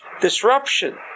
disruption